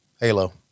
halo